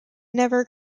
never